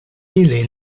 ili